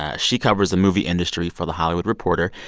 ah she covers the movie industry for the hollywood reporter.